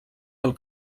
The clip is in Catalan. del